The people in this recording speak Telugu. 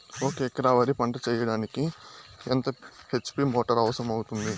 ఒక ఎకరా వరి పంట చెయ్యడానికి ఎంత హెచ్.పి మోటారు అవసరం అవుతుంది?